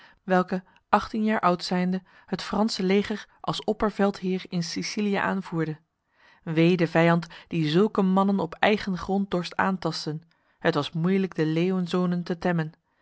welke achttien jaar oud zijnde het franse leger als opperveldheer in sicilië aanvoerde wee de vijand die zulke mannen op eigen grond dorst aantasten het was moeilijk de leeuwenzonen te temmen